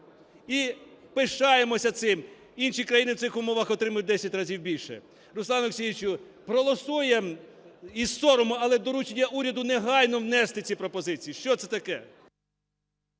і пишаємося цим. Інші країни в цих умовах отримують в 10 разів більше. Руслане Олексійовичу, проголосуємо із соромом, але доручення уряду – негайно внести ці пропозиції. Що це таке?